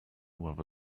whether